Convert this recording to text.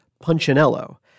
Punchinello